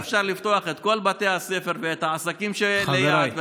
אבל אי-אפשר לפתוח את כל בתי הספר ואת העסקים שליד,